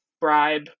bribe